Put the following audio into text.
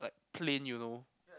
like plain you know